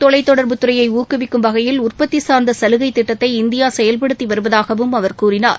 தொலைத்தொடர்புத்துறையை ஊக்குவிக்கும் வகையில் உற்பத்தி சார்ந்த சலுகைத்திட்டத்தை இந்தியா செயல்படுத்தி வருவதாகவும் அவர் கூறினார்